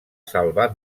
salvar